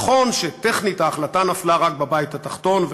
נכון שטכנית ההחלטה נפלה רק בבית התחתון,